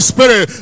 Spirit